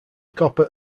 copper